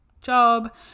job